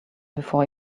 before